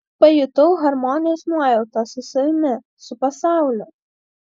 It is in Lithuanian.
pajutau harmonijos nuojautą su savimi su pasauliu